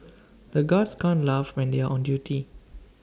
the guards can't laugh when they are on duty